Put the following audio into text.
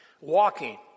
walking